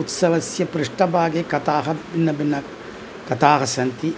उत्सवस्य पृष्ठभागे कथाः भिन्नभिन्नकथाः सन्ति